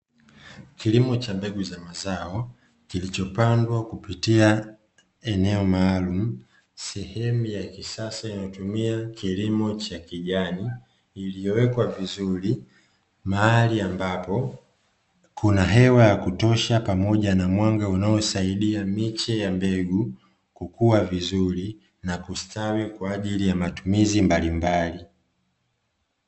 Kilimo cha mbegu za mazao kilichopandwa kupitia eneo maalumu, sehemu ya kisasa imetumia kilimo cha kijani, iliyowekwa vizuri mahali ambapo kuna hewa ya kutosha, pamoja na mwanga unaosaidia miche ya mbegu kukua vizuri, na kustawi kwa ajili ya matumizi mbalimbali.